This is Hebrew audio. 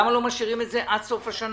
למה לא משאירים את זה עד סוף השנה?